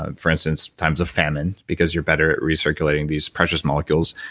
ah for instance times of famine, because you're better at recirculating these precious molecules.